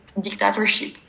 dictatorship